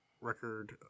record